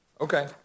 Okay